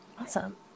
Awesome